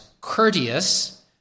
courteous